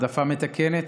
העדפה מתקנת?